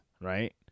right